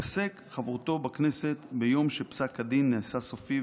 תיפסק חברותו בכנסת ביום שפסק הדין נעשה סופי,